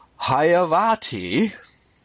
Hayavati